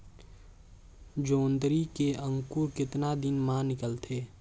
जोंदरी के अंकुर कतना दिन मां निकलथे?